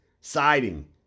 siding